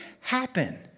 happen